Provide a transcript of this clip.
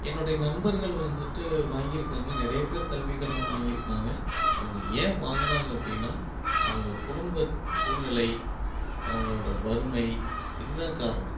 என்னுடைய நண்பர்கள் வந்துவிட்டு வாங்கியிருக்காங்க நிறையா பேர் கல்வி கடன் வாங்கியிருக்காங்க அவங்க ஏன் வாங்கினாங்க அப்படீன்னா அவங்க குடும்பச் சூழ்நிலை அவங்களோட வறுமை இதுதான் காரணம்